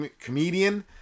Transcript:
comedian